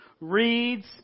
reads